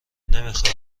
نمیخای